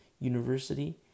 university